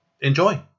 Enjoy